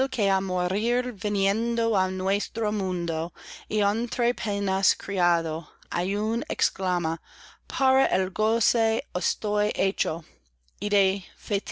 morir viniendo á nuestro mundo y entre penas criado aún exclama para el goce